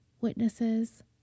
Witnesses